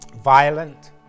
Violent